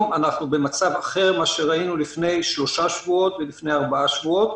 אנחנו במצב אחר ממה שהיינו לפני שלושה שבועות ולפני ארבעה שבועות,